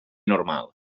normal